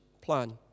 plan